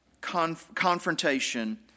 confrontation